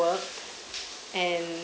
and